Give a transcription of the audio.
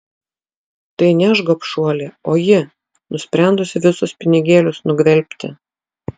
tai ne aš gobšuolė o ji nusprendusi visus pinigėlius nugvelbti